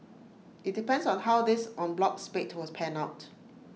IT depends on how this en bloc spate was pan out